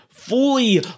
fully